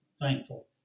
thankful